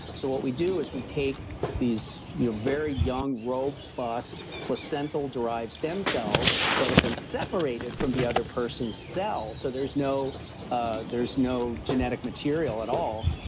so what we do is we take these you know very young, robust placental derived stem cells, that have been separated from the other person's cell. so there's no ah there's no genetic material at all.